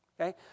Okay